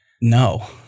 no